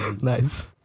Nice